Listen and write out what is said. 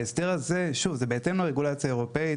ההסדר הזה הוא בהתאם לרגולציה האירופאית.